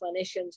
clinicians